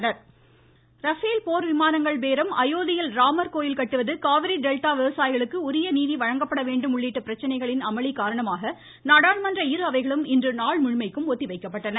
நாடாளுமன்ற அவைகள் ரபேல் போர் விமானங்கள் பேரம் அயோத்தியில் ராமர் கோவில் கட்டுவது காவிரி டெல்டா விவசாயிகளுக்கு உரிய நீதி வழங்கப்பட வேண்டும் உள்ளிட்ட பிரச்சனைகளில் அமளி காரணமாக நாடாளுமன்ற இரு அவைகளும் இன்று ஒத்தி வைக்கப்பட்டன